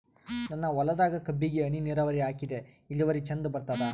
ನನ್ನ ಹೊಲದಾಗ ಕಬ್ಬಿಗಿ ಹನಿ ನಿರಾವರಿಹಾಕಿದೆ ಇಳುವರಿ ಚಂದ ಬರತ್ತಾದ?